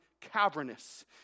cavernous